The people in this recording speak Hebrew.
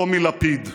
טומי לפיד.